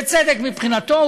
בצדק, מבחינתו.